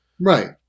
Right